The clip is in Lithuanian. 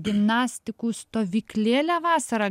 gimnastikų stovyklėlę vasarą